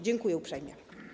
Dziękuję uprzejmie.